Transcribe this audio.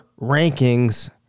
rankings